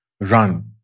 run